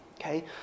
okay